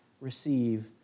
receive